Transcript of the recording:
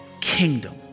kingdom